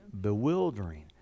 bewildering